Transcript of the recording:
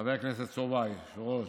חבר הכנסת סובה, היושב-ראש,